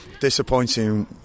disappointing